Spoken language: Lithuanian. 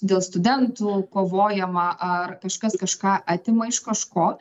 dėl studentų kovojama ar kažkas kažką atima iš kažko